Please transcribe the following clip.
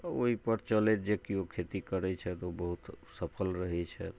आ ओहि पर चलैत जे कियो खेती करै छथि ओ बहुत सफल रहै छथि